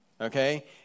Okay